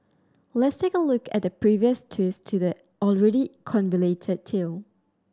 let's take a look at the previous twists to the already convoluted tale